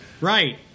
Right